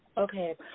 Okay